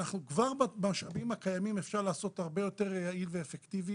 כבר במשאבים הקיימים אפשר לעשות הרבה יותר יעיל ואפקטיבי